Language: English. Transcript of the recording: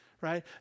Right